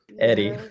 Eddie